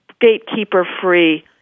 gatekeeper-free